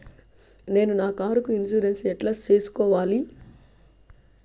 నేను నా కారుకు ఇన్సూరెన్సు ఎట్లా సేసుకోవాలి